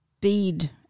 bead